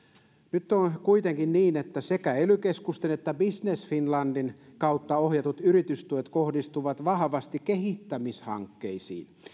nyt on kuitenkin niin että sekä ely keskusten että business finlandin kautta ohjatut yritystuet kohdistuvat vahvasti kehittämishankkeisiin